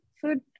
food